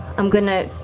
i'm going to.